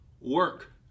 work